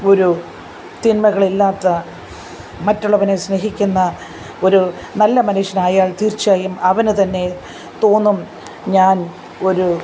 ഒരു തിന്മകളില്ലാത്ത മറ്റുള്ളവനെ സ്നേഹിക്കുന്ന ഒരു നല്ല മനുഷ്യനായാല് തീര്ച്ചയായും അവന് തന്നെ തോന്നും ഞാന് ഒരു